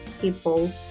people